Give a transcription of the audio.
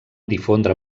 difondre